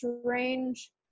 strange